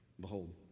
Behold